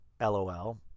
LOL